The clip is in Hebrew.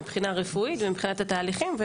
מבחינה רפואית ומבחינת התהליכים.